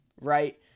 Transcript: right